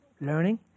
learning